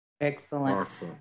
Excellent